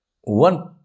one